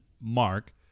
mark